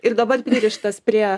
ir dabar pririštas prie